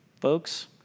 Folks